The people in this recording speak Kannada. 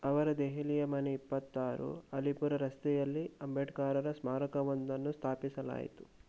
ಅವರ ದೆಹಲಿಯ ಮನೆ ಇಪ್ಪತ್ತಾರು ಅಲಿಪುರ ರಸ್ತೆಯಲ್ಲಿ ಅಂಬೇಡ್ಕರರ ಸ್ಮಾರಕವೊಂದನ್ನು ಸ್ಥಾಪಿಸಲಾಯಿತು